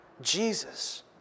Jesus